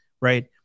right